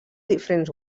diferents